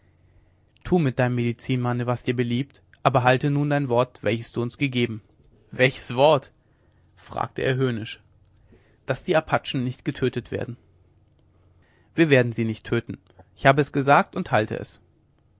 tu mit deinem medizinmanne was dir beliebt aber halte nun dein wort welches du uns gegeben hast welches wort fragte er höhnisch daß die apachen nicht getötet werden wir werden sie nicht töten ich habe es gesagt und halte es